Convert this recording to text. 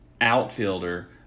outfielder